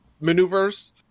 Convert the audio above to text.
maneuvers